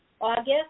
August